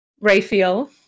Raphael